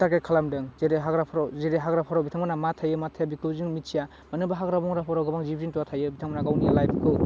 target खालामदों जेरै हाग्राफ्राव जेरै हाग्राफ्राव बिथांमोना मा थायो मा थाया बेखौ जों मिथिया मानो होनबा हाग्रा बंग्राफोराव गोबां जिब जिन्थुवा थायो बिथांमोनहा गावनि लाइफखौ